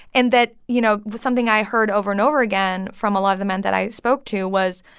and that you know, something i heard over and over again from a lot of the men that i spoke to was,